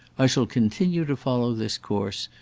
i shall continue to follow this course,